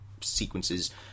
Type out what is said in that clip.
sequences